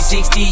60